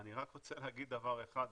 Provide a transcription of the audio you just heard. אני רק רוצה להגיד דבר אחד,